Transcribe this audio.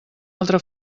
altra